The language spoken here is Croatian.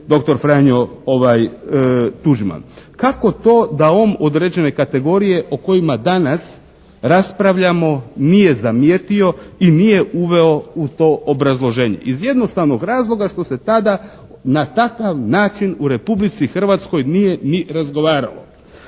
doktor Franjo Tuđman. Kako to da on određene kategorije o kojima danas raspravljamo nije zamijetio i nije uveo u to obrazloženje? Iz jednostavnog razloga što se tada na takav način u Republici Hrvatskoj nije ni razgovaralo.